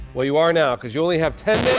well, you are now cause you only have ten